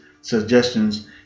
suggestions